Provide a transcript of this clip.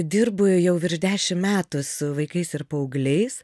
dirbu jau virš dešim metų su vaikais ir paaugliais